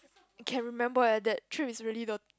can remember eh that trip is really the